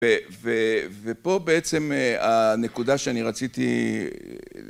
ופה בעצם הנקודה שאני רציתי...